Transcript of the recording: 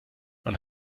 man